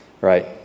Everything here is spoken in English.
right